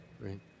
Right